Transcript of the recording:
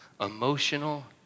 emotional